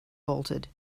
bolted